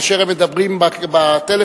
כאשר הם מדברים בטלפון,